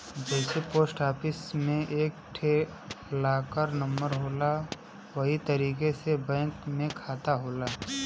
जइसे post office मे एक ठे लाकर नम्बर होला वही तरीके से बैंक के खाता होला